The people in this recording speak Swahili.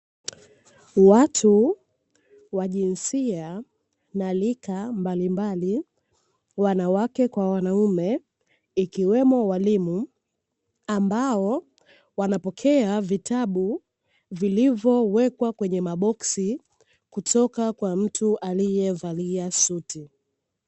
Watu wa jinsia na rika mbalimbali wanawake kwa wanaume, ikiwemo walimu ambao wanapokea vitabu, vilivowekwa kwenye maboksi kutoka kwa mtu aliyevalia suti.